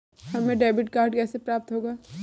हमें debit card कैसे प्राप्त होगा?